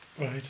Right